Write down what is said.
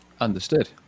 understood